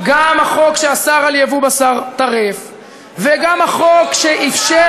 גם החוק שאסר ייבוא בשר טרף וגם החוק שאפשר